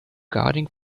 guarding